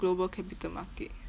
global capital market